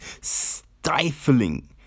stifling